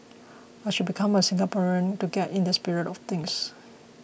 I should become a Singaporean to get in the spirit of things